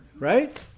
Right